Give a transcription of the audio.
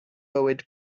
bywyd